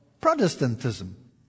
Protestantism